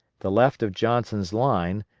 the left of johnson's line,